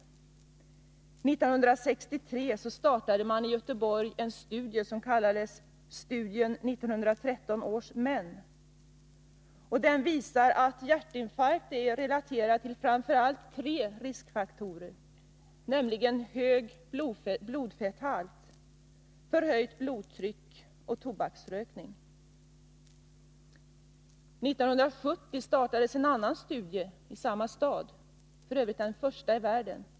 1963 startades i Göteborg ”Studien 1913 års män”. Denna studie visar att hjärtinfarkt är relaterad till framför allt tre riskfaktorer, nämligen hög blodfetthalt, förhöjt blodtryck och tobaksrökning. 1970 startades en annan studie i Göteborg, f. ö. den första i världen.